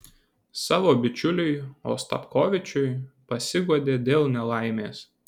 savo bičiuliui ostapkovičiui pasiguodė dėl nelaimės